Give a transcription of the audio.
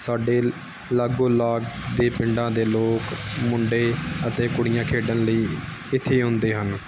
ਸਾਡੇ ਲਾਗ ਲਾਗ ਦੇ ਪਿੰਡਾਂ ਦੇ ਲੋਕ ਮੁੰਡੇ ਅਤੇ ਕੁੜੀਆਂ ਖੇਡਣ ਲਈ ਇੱਥੇ ਆਉਂਦੇ ਹਨ